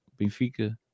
Benfica